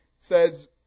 says